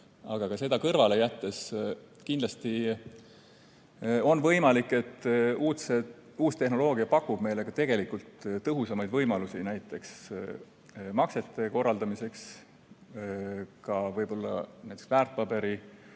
seda kõrvale jättes kindlasti on võimalik, et uus tehnoloogia pakub meile ka tegelikult tõhusamaid võimalusi, näiteks maksete korraldamiseks, ka võib-olla näiteks väärtpaberitehingute